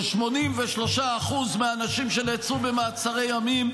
ש-83% מהאנשים שנעצרו במעצרי ימים,